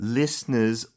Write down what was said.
listeners